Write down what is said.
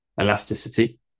elasticity